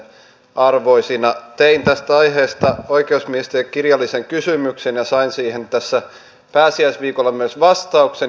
tein tästä aiheesta oikeusministerille kirjallisen kysymyksen ja sain siihen tässä pääsiäisviikolla myös vastauksen